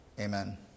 Amen